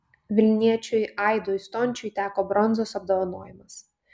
vilniečiui aidui stončiui teko bronzos apdovanojimas